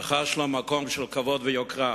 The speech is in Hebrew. רכש לו מקום של כבוד ויוקרה,